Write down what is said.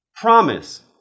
promise